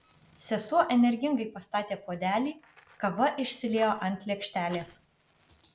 sesuo energingai pastatė puodelį kava išsiliejo ant lėkštelės